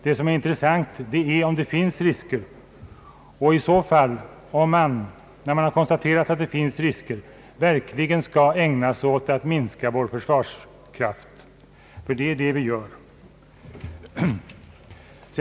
Det intressanta är om det finns risker och om man i så fall, när man har konstaterat att det finns risker, verkligen skall ägna sig åt att minska vår försvarskraft. Det är det som nu görs.